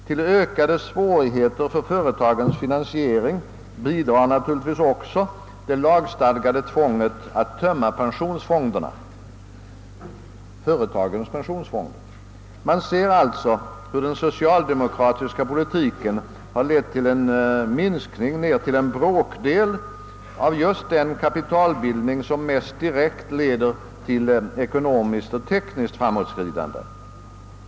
— Till att skapa ökade svårigheter för företagens finansiering bidrar naturligtvis också det lagstadgade tvånget att tömma företagens pensionsfonder. Man ser alltså hur den socialdemokratiska politiken har medfört en minskning ned till en bråkdel av just den nya kapitalbildning som mest direkt leder till ekonomiskt och tekniskt framåtskridande.